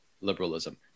liberalism